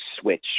switch